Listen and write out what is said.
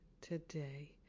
today